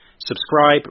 Subscribe